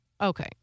okay